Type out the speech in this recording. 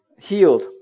healed